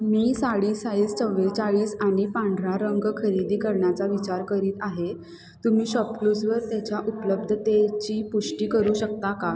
मी sari size चव्वेचाळीस आणि पांढरा रंग खरेदी करण्याचा विचार करीत आहे तुम्ही शॉपक्लुजवर त्याच्या उपलब्धतेची पुष्टी करू शकता का